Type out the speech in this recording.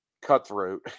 cutthroat